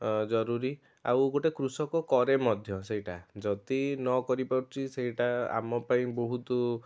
ଜରୁରୀ ଆଉ ଗୋଟେ କୃଷକ କରେ ମଧ୍ୟ ସେଇଟା ଯଦି ନ କରିପାରୁଛି ସେଇଟା ଆମ ପାଇଁ ବହୁତ